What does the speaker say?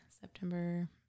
September